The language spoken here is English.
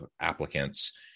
applicants